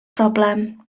broblem